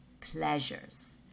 pleasures